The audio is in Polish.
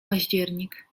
październik